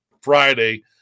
Friday